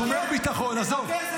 זה שומר ביטחון, עזוב.